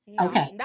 okay